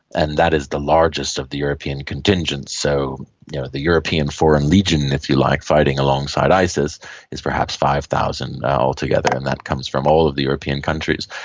and that is the largest of the european contingents, so you know the european foreign legion, if you like, fighting alongside isis is perhaps five thousand altogether, and that comes from all of the european countries.